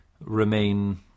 remain